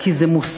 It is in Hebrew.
כי זה מוסרי,